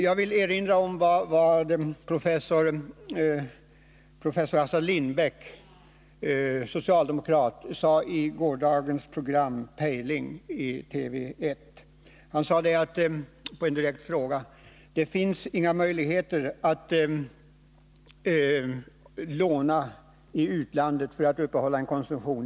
Jag vill erinra om vad professor Assar Lindbeck, socialdemokrat, sade i gårdagens program Pejling i TV 1. Han sade på en direkt fråga att det inte finns några möjligheter i längden att låna i utlandet för att uppehålla en konsumtion.